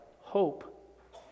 hope